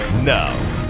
Now